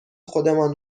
خودمان